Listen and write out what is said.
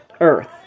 earth